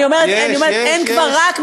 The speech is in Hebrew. אני אומרת: אין כבר, יש, יש.